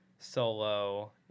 Solo